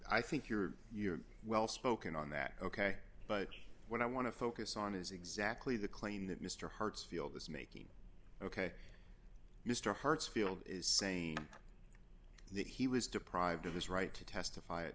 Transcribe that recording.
i think you're you're well spoken on that ok but what i want to focus on is exactly the claim that mr hartsfield is making ok mr hartsfield is saying that he was deprived of his right to testify at